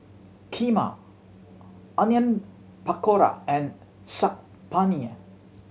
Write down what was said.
Kheema Onion Pakora and Saag Paneer